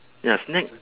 ya snack